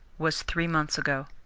was three months ago.